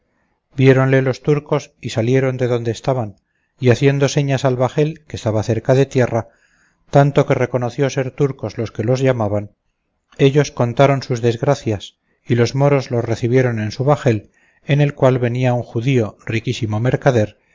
caramuzales viéronle los turcos y salieron de donde estaban y haciendo señas al bajel que estaba cerca de tierra tanto que conoció ser turcos los que los llamaban ellos contaron sus desgracias y los moros los recibieron en su bajel en el cual venía un judío riquísimo mercader